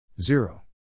zero